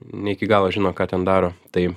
ne iki galo žino ką ten daro tai